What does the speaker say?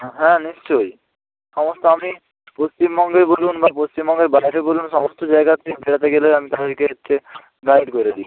হ্যাঁ নিশ্চই সমস্ত আমি পশ্চিমবঙ্গে বলুন বা পশ্চিমবঙ্গের বাইরে বলুন সমস্ত জায়গাতেই বেড়াতে গেলে আমি তাদেরকে হচ্ছে গাইড করে দিই